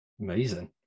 Amazing